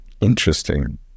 Interesting